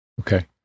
Okay